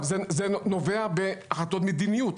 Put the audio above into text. זה נובע מהחלטות מדיניות.